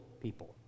people